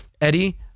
Eddie